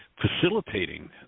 facilitating